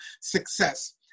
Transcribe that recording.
success